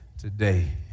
today